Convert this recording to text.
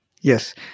Yes